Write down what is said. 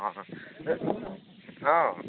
अ औ